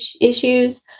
issues